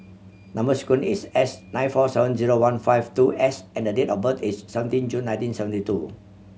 number sequence is S nine four seven zero one five two S and date of birth is seventeen June nineteen seventy two